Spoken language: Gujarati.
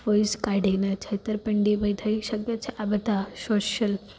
વોઇસ કાઢીને છેતરપિંડી બી થઈ શકે છે આ બધા સોશ્યલ